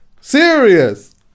Serious